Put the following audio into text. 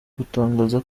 gutangaza